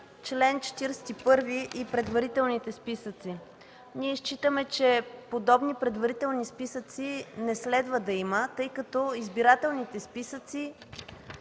чл. 41 и предварителните списъци. Ние считаме, че подобни предварителни списъци не следва да има, тъй като избирателните списъци